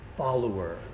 follower